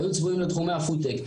היו צפויים לתחומי הפודטק.